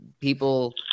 people